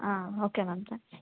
um okay ma'am thanks